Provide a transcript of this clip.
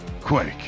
Quake